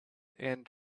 and